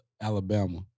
alabama